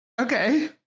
Okay